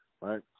right